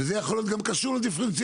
וזה יכול להיות גם קשור לדיפרנציאליות,